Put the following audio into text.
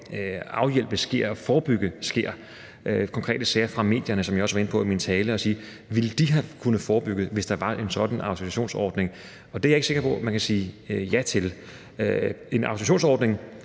vil forebygge sker – konkrete sager fra medierne, som jeg også var inde på i min tale – og sige: Ville de kunne være forebygget, hvis der havde været en sådan autorisationsordning? Og det er jeg ikke sikker på at man kan sige ja til. En autorisationsordning